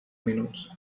minuts